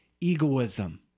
Egoism